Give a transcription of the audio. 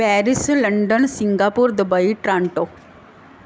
Paris London Singapore Dubai Toronto